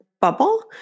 bubble